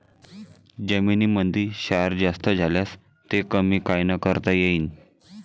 जमीनीमंदी क्षार जास्त झाल्यास ते कमी कायनं करता येईन?